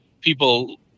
people